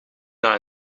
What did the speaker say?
naar